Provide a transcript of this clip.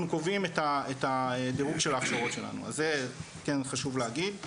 קובעים את הדירוג של ההכשרות שלנו אז זה כן חשוב להגיד.